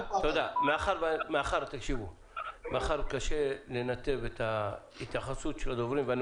מאחר שקשה לנתב את ההתייחסות של הדוברים ואני